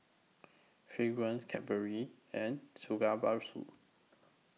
Fragrance Cadbury and